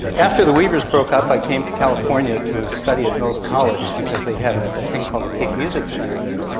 after the weavers broke up i came to california to study at mills college because they had a thing called the tape music centre there.